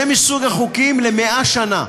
זה מסוג החוקים ל-100 שנה.